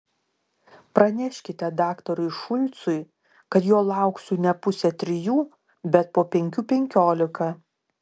praneškite daktarui šulcui kad jo lauksiu ne pusę trijų bet po penkių penkiolika